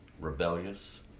Rebellious